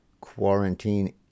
quarantine